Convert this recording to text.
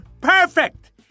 Perfect